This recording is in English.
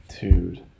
Dude